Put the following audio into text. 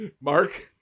Mark